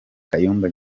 kayumba